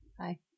Hi